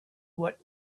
what